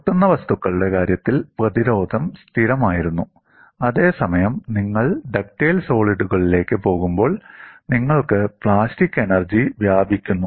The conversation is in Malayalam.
പൊട്ടുന്ന വസ്തുക്കളുടെ കാര്യത്തിൽ പ്രതിരോധം സ്ഥിരമായിരുന്നു അതേസമയം നിങ്ങൾ ഡക്റ്റൈൽ സോളിഡുകളിലേക്ക് പോകുമ്പോൾ നിങ്ങൾക്ക് പ്ലാസ്റ്റിക് എനർജി വ്യാപിക്കുന്നു